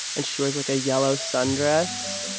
and she wears, like, a yellow sundress.